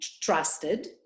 trusted